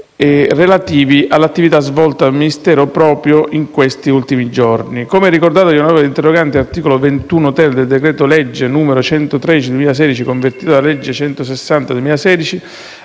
relativi all'attività svolta dal Ministero proprio in questi ultimi giorni. Come ricordato dagli onorevoli interroganti, l'articolo 21*-ter* del decreto-legge n. 113 del 2016, convertito dalla legge n. 160 del 2016,